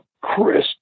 Chris